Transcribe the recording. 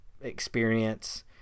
experience